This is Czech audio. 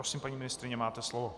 Prosím, paní ministryně, máte slovo.